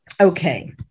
Okay